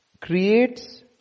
creates